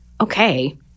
okay